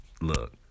Look